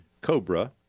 COBRA